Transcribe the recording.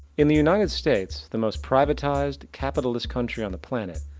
in the united states, the most privatised, capitalist country on the planet,